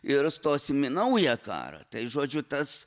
ir stosim į naują karą tai žodžiu tas